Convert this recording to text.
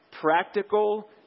practical